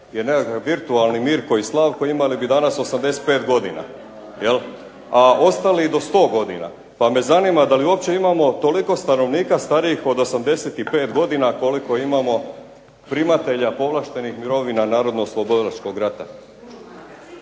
Jer nekakav virtualni Mirko i Slavko imali bi danas 85 godina, a ostali i do 100 godina. Pa me zanima da li uopće imamo toliko stanovnika starijih od 85 godina, koliko imamo primatelja mirovina NOR-a.